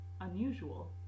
unusual